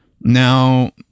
now